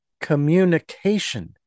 communication